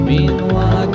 Meanwhile